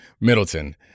Middleton